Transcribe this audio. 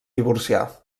divorciar